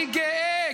אני גאה,